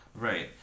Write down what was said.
Right